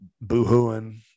boo-hooing